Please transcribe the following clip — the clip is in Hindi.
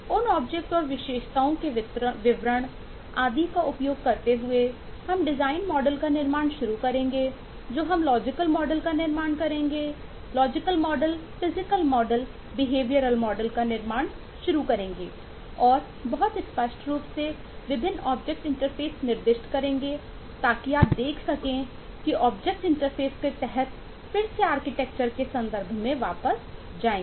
उन ऑब्जेक्ट के संदर्भ में वापस जाएंगे